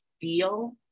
feel